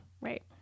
Right